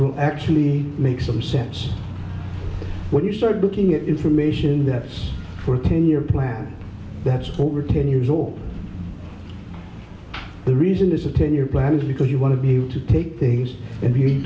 will actually make some sense when you start looking at information that's worth a ten year plan that's over ten years all the reason is a ten year plan is because you want to be able to take things